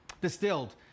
Distilled